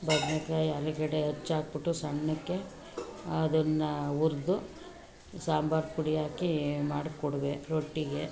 ಬದನೆಕಾಯಿ ಆಲೂಗಡ್ಡೆ ಹೆಚ್ಚಾಕ್ಬಿಟ್ಟು ಸಣ್ಣಗೆ ಅದನ್ನು ಉರ್ದು ಸಾಂಬಾರು ಪುಡಿ ಹಾಕಿ ಮಾಡಿಕೊಡುವೇ ರೊಟ್ಟಿಗೆ